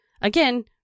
Again